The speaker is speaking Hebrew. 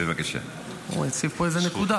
הוא הציב פה איזו נקודה.